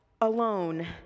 alone